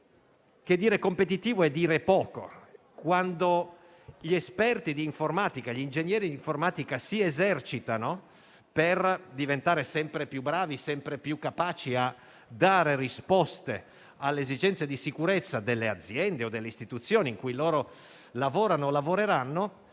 definire competitivo. Quando gli ingegneri informatici si esercitano per diventare sempre più bravi, sempre più capaci a dare risposte alle esigenze di sicurezza delle aziende o delle istituzioni in cui lavorano o lavoreranno,